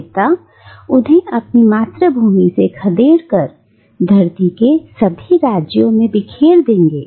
देवता उन्हें अपनी मातृभूमि से खदेड़ कर धरती के सभी राज्यों में बिखेर देंगे